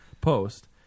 post